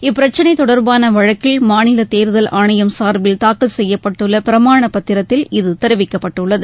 இப்பிரச்சினை தொடர்பான வழக்கில் மாநிலத் தேர்தல் ஆணையம் சார்பில் தாக்கல் செய்யப்பட்டுள்ள பிரமாண பத்திரத்தில் இது தெரிவிக்கப்பட்டுள்ளது